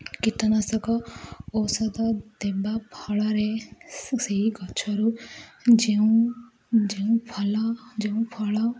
କୀଟନାଶକ ଔଷଧ ଦେବା ଫଳରେ ସେଇ ଗଛରୁ ଯେଉଁ ଯେଉଁ ଫଳ ଯେଉଁ ଫଳ